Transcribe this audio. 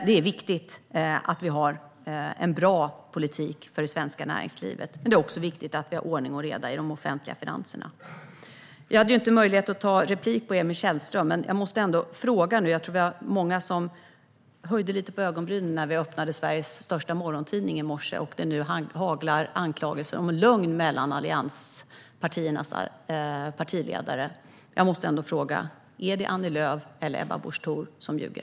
Det är viktigt att vi har en bra politik för det svenska näringslivet. Men det är också viktigt att vi har ordning och reda i de offentliga finanserna. Jag hade inte möjlighet att ta replik på Emil Källström, men jag måste nu ställa en fråga. Jag tror att vi var många som höjde lite grann på ögonbrynen när vi öppnade Sveriges största morgontidning i morse där det nu haglar anklagelser om lögn mellan allianspartiernas partiledare. Är det Annie Lööf eller Ebba Busch Thor som ljuger?